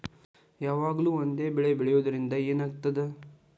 ಯಾವಾಗ್ಲೂ ಒಂದೇ ಬೆಳಿ ಬೆಳೆಯುವುದರಿಂದ ಏನ್ ಆಗ್ತದ?